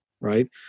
right